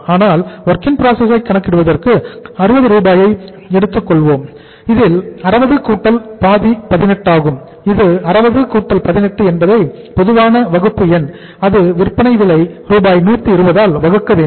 ஆனால் WIP ஐ கணக்கிடுவதற்கு 60 ரூபாயை எடுத்துக் கொள்வோம் இதில் 60 கூட்டல் பாதி 18 ஆகும் இது 60 18 என்பதை பொதுவான வகுப்பு எண் அது விற்பனை விலை ரூபாய் 120 ஆல் வகுக்க வேண்டும்